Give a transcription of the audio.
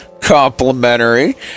complimentary